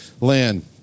land